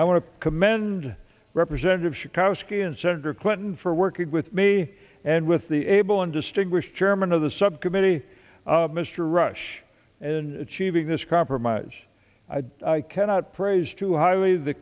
i want to commend representative chicago skin senator clinton for working with me and with the able and distinguished chairman of the subcommittee mr rush and achieving this compromise i cannot praise too highly the